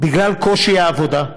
בגלל קושי העבודה,